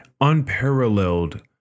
unparalleled